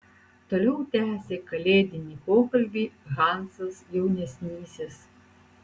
toliau tęsė kalėdinį pokalbį hansas jaunesnysis